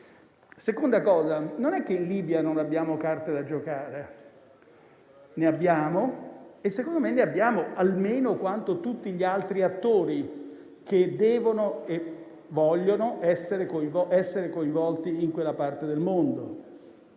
secondo luogo, non è che in Libia non abbiamo carte da giocare. Ne abbiamo e, secondo me, ne abbiamo almeno quanto tutti gli altri attori, che devono e vogliono essere coinvolti in quella parte del mondo.